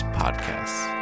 podcasts